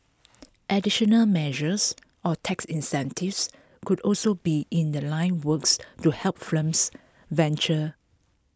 additional measures or tax incentives could also be in The Line works to help firms venture